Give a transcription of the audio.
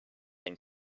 and